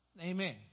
Amen